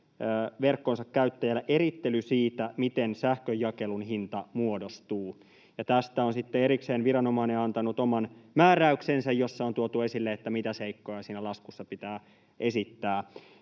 verkkonsa käyttäjälle erittely siitä, miten sähkönjakelun hinta muodostuu, ja tästä on sitten erikseen viranomainen antanut oman määräyksensä, jossa on tuotu esille, mitä seikkoja siinä laskussa pitää esittää.